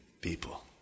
people